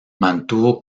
mantuvo